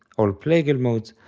all plagal modes,